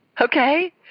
Okay